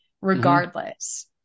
regardless